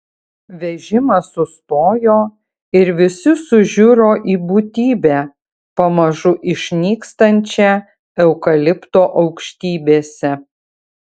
vežimas sustojo ir visi sužiuro į būtybę pamažu išnykstančią eukalipto aukštybėse